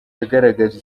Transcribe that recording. yagaragaje